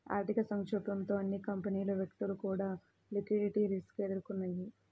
ఆర్థిక సంక్షోభంతో అన్ని కంపెనీలు, వ్యక్తులు కూడా లిక్విడిటీ రిస్క్ ఎదుర్కొన్నయ్యి